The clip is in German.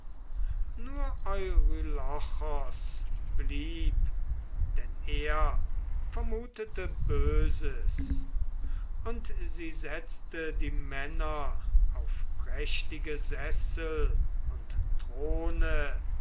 nur eurylochos blieb denn er vermutete böses und sie setzte die männer auf prächtige sessel und throne